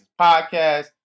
Podcast